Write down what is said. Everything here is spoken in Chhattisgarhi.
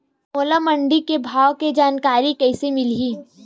मोला मंडी के भाव के जानकारी कइसे मिलही?